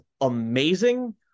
amazing